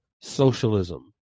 socialism